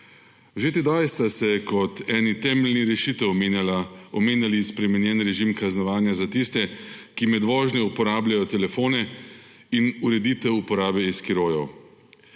sta se kot eni temeljnih rešitev omenjali spremenjen režim kaznovanja za tiste, ki med vožnjo uporabljajo telefone, in ureditev uporabe e-skirojev.